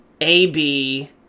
A-B